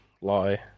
lie